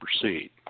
proceed